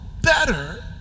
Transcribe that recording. better